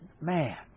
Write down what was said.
man